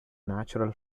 natural